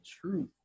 truth